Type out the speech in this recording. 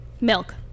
Milk